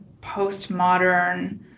postmodern